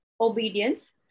obedience